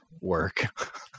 work